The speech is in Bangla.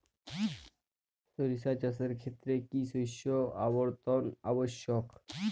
সরিষা চাষের ক্ষেত্রে কি শস্য আবর্তন আবশ্যক?